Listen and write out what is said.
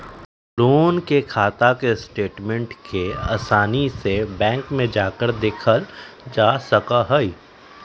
loan के खाता के स्टेटमेन्ट के आसानी से बैंक में जाकर देखल जा सका हई